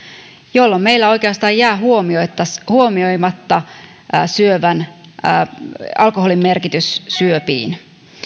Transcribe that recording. jolloin meillä oikeastaan jää huomioimatta alkoholin vaikutus syöpiin